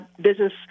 business